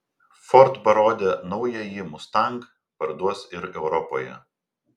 ford parodė naująjį mustang parduos ir europoje